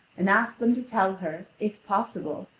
and asked them to tell her, if possible,